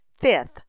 Fifth